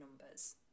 numbers